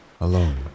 alone